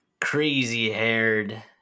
crazy-haired